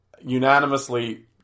unanimously